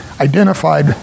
identified